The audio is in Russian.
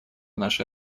нашей